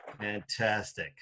fantastic